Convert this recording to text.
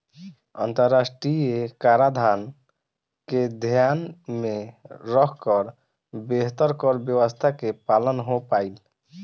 अंतरराष्ट्रीय कराधान के ध्यान में रखकर बेहतर कर व्यावस्था के पालन हो पाईल